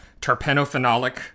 terpenophenolic